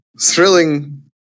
thrilling